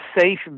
safe